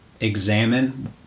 examine